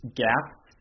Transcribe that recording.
gaps